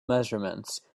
measurements